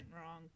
wrong